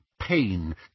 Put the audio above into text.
Pain